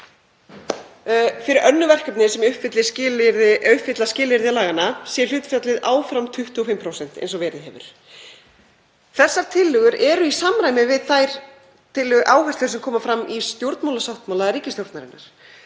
fyrir önnur verkefni sem uppfylla skilyrði laganna sé hlutfallið áfram 25% eins og verið hefur. Þessar tillögur eru í samræmi við þær áherslur sem koma fram í stjórnarsáttmála ríkisstjórnarinnar